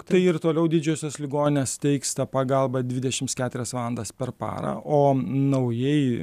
tai ir toliau didžiosios ligoninės teiks tą pagalbą dvidešims keturias valandas per parą o naujai